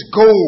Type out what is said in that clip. go